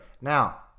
Now